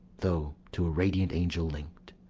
though to a radiant angel link'd,